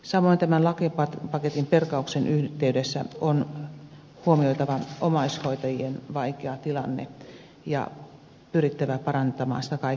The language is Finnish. samoin tämän lakipaketin perkauksen yhteydessä on huomioitava omaishoitajien vaikea tilanne ja pyrittävä parantamaan sitä kaikin keinoin